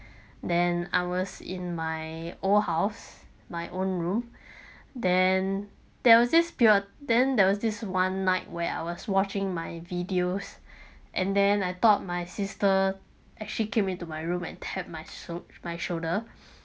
then I was in my old house my own room then there was this period then there was this one night where I was watching my videos and then I thought my sister as she came into my room and tap my shou~ my shoulder